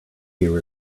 here